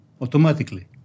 automatically